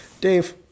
Dave